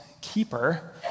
keeper